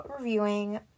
reviewing